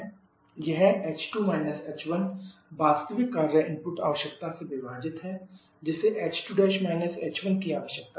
यह h2 − h1 वास्तविक कार्य इनपुट आवश्यकता से विभाजित है जिसे h2 − h1 की आवश्यकता है